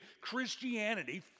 Christianity